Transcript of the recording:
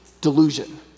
delusion